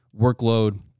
workload